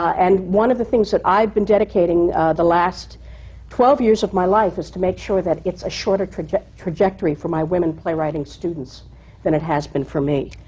and one of the things that i've been dedicating the last twelve years of my life is to make sure that it's a shorter trajectory trajectory for my women playwriting students than it has been for me.